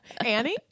Annie